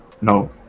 No